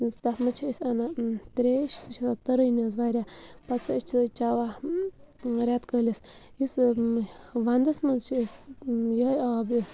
تَتھ مَنٛز چھِ أسۍ اَنان ترٛیش سُہ چھِ آسان تٔرٕنۍ حظ واریاہ پَتہٕ چٮ۪وان رٮ۪تہٕ کٲلِس یُس وَندَس منٛز چھِ أسۍ یِہوٚے آب یہِ